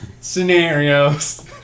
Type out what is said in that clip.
scenarios